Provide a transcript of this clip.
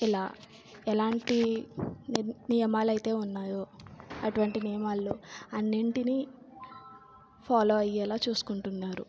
ఇలా ఎలాంటి నియ నియమాలు అయితే ఉన్నాయో అటువంటి నియమాలు అన్నింటిని ఫాలో అయ్యేలాగ చూసుకుంటున్నారు